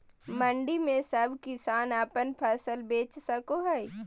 मंडी में सब किसान अपन फसल बेच सको है?